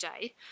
day